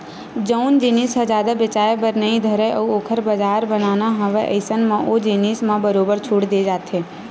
जउन जिनिस ह जादा बेचाये बर नइ धरय अउ ओखर बजार बनाना हवय अइसन म ओ जिनिस म बरोबर छूट देय जाथे